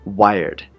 wired